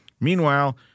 Meanwhile